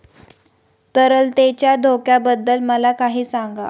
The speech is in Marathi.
तरलतेच्या धोक्याबद्दल मला काही सांगा